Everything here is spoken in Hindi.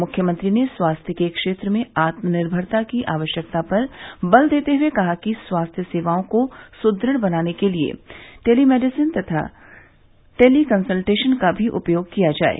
मुख्यमंत्री ने स्वास्थ्य के क्षेत्र में आत्मनिर्भता की आवश्यकता पर बल देते हुए कहा कि स्वास्थ्य सेवाओं को सुदृढ़ बनाने के लिए टेलीमेडिसिन तथा टेलीकसलटेशन का भी उपयोग किया जाये